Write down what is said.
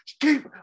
Keep